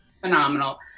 phenomenal